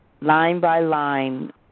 line-by-line